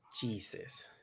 Jesus